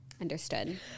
Understood